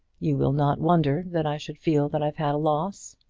you will not wonder that i should feel that i've had a loss.